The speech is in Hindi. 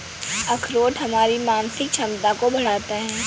अखरोट हमारी मानसिक क्षमता को बढ़ाता है